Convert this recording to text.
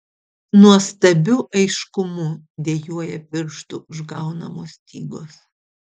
nuostabiu aiškumu dejuoja pirštų užgaunamos stygos